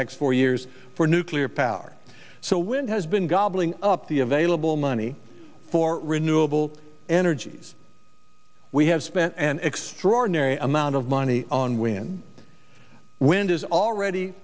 next four years for nuclear power so when has been gobbling up the available money for renewable energies we have spent an extraordinary amount of money on when wind has already